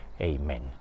Amen